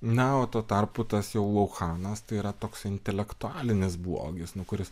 na o tuo tarpu tas jau lauchanas tai yra toks intelektualinis blogis nu kuris